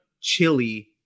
chili